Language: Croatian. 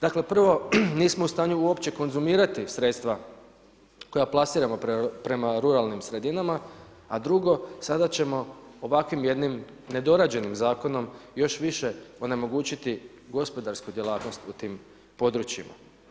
Dakle, prvo nismo u stanju uopće konzumirati sredstava, koje plasiramo prema ruralnim sredinama, a drugo, sad ćemo ovakvim jednim nedorađenim zakonom, još više onemogućiti gospodarsku djelatnost u tim područjima.